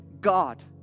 God